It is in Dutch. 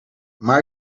maar